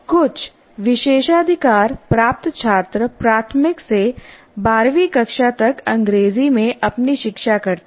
कुछ विशेषाधिकार प्राप्त छात्र प्राथमिक से 12 वीं कक्षा तक अंग्रेजी में अपनी शिक्षा करते हैं